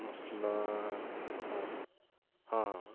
ମସଲା ହଁ ହଁ